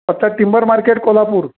पत्ता timber market Kolhapur